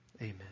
Amen